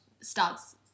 starts